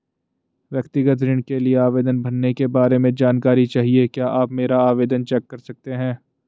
व्यक्तिगत ऋण के लिए आवेदन भरने के बारे में जानकारी चाहिए क्या आप मेरा आवेदन चेक कर सकते हैं?